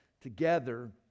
together